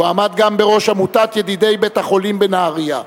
הוא עמד גם בראש עמותת ידידי בית-החולים בנהרייה.